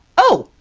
oh!